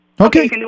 Okay